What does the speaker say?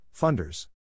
Funders